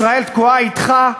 ישראל תקועה אתך,